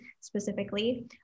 specifically